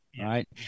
Right